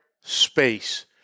space